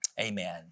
amen